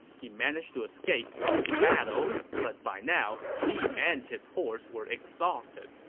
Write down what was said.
he managed to escape from the battle, but by now, he and his horse were exhausted.